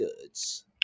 Goods